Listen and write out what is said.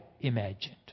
imagined